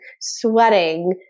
sweating